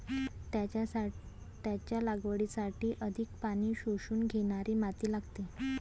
त्याच्या लागवडीसाठी अधिक पाणी शोषून घेणारी माती लागते